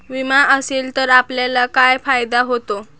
विमा असेल तर आपल्याला काय फायदा होतो?